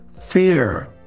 Fear